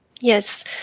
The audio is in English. Yes